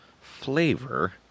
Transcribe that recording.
flavor